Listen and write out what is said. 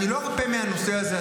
אני לא ארפה מהנושא הזה,